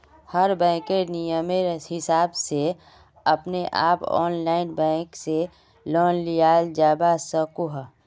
हर बैंकेर नियमेर हिसाब से अपने आप ऑनलाइन बैंक से लोन लियाल जावा सकोह